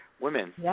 women